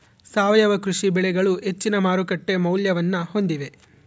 ಸಾವಯವ ಕೃಷಿ ಬೆಳೆಗಳು ಹೆಚ್ಚಿನ ಮಾರುಕಟ್ಟೆ ಮೌಲ್ಯವನ್ನ ಹೊಂದಿವೆ